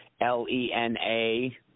L-E-N-A